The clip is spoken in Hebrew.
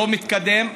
לא מתקדם.